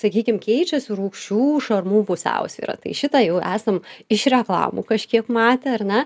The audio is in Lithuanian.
sakykim keičiasi rūgščių šarmų pusiausvyra tai šitą jau esam iš reklamų kažkiek matę ar ne